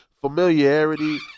familiarity